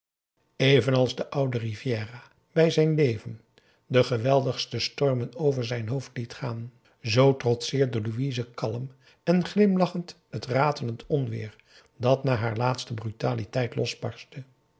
zedelijk evenals de oude rivière bij zijn leven de geweldigste stormen over zijn hoofd liet gaan zoo trotseerde louise kalm en glimlachend het ratelend onweêr dat na haar laatste brutaliteit losbarstte